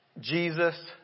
Jesus